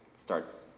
starts